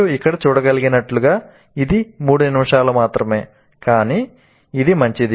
మీరు ఇక్కడ చూడగలిగినట్లుగా ఇది 3 నిమిషాలు మాత్రమే కానీ ఇది మంచిది